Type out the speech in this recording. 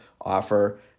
offer